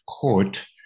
court